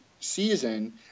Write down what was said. season